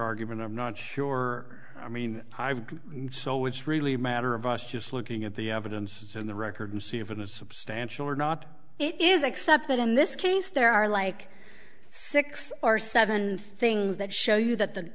argument i'm not sure i mean so it's really a matter of us just looking at the evidence that's in the record and see if in a substantial or not it is except that in this case there are like six or seven things that show you that